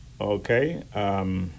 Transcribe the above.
Okay